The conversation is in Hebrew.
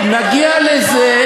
אתה שוטר?